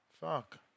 Fuck